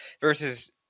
versus